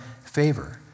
favor